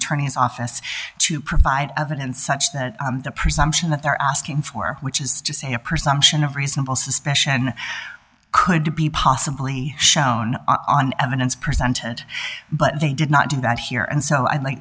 attorney's office to provide evidence such that the presumption that they're asking for which is to say a presumption of reasonable suspicion could be possibly shown on evidence presented but they did not do that here and so i'd like